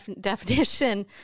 definition